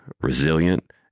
resilient